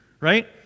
right